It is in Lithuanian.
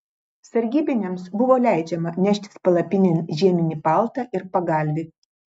sargybiniams buvo leidžiama neštis palapinėn žieminį paltą ir pagalvį